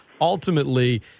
Ultimately